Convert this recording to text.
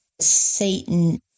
Satan